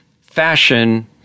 Fashion